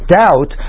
doubt